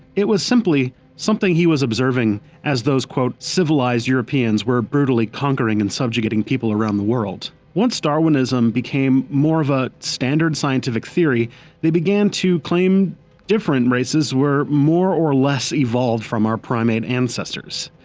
it was simply something he was observing as those civilised europeans were brutally conquering and subjugating people around the world. once darwinism became more of a standard scientific theory they began to claim different races as more or less evolved from our primate ancestors.